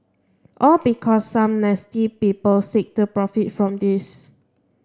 all because some nasty people seek to profit from this